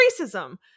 racism